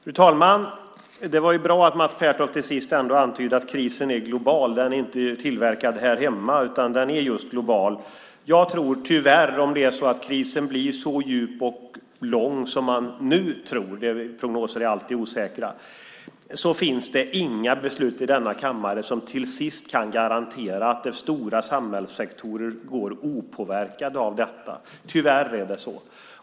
Fru talman! Det var bra att Mats Pertoft till sist ändå antydde att krisen är global och inte tillverkad här hemma. Jag tror tyvärr att om krisen blir så djup och lång som man nu tror - prognoser är alltid osäkra - finns det inga beslut i denna kammare som till sist kan garantera att stora samhällssektorer går opåverkade ur detta. Tyvärr är det så.